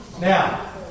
Now